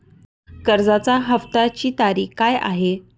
कर्जाचा हफ्त्याची तारीख काय आहे?